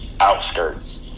outskirts